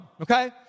okay